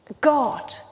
God